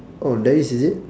oh there is is it